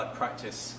practice